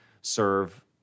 serve